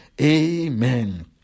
amen